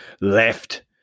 left